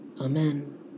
Amen